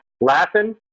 laughing